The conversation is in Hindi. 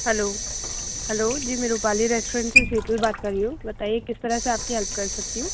हलो हेलो जी में रूपाली रेस्टोरेंट से शीतल बात कर रही हूँ बताइए किस तरह से आप की हेल्प कर सकती हूँ